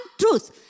truth